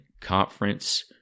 conference